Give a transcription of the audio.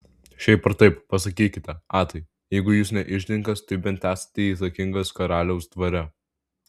šiaip ar taip pasakykite atai jeigu jūs ne iždininkas tai bent esate įtakingas karaliaus dvare